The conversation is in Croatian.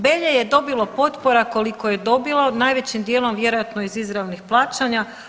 Belje je dobilo potpora koliko je dobilo, najvećim dijelom vjerojatno iz izravnih plaćanja.